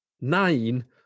nine